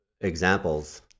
examples